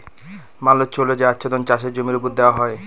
mulch হল যে আচ্ছাদন চাষের জমির ওপর দেওয়া হয়